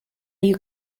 you